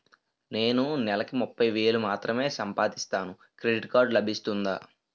నేను నెల కి ముప్పై వేలు మాత్రమే సంపాదిస్తాను క్రెడిట్ కార్డ్ లభిస్తుందా?